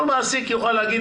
כל מעסיק יוכל להגיד